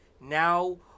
Now